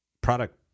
product